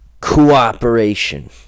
cooperation